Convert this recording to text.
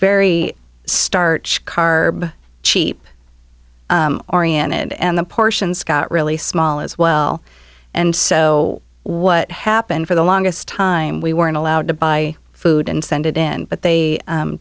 very start carb cheap oriented and the portions got really small as well and so what happened for the longest time we weren't allowed to buy food and send it in but they